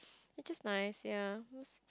it's just nice ya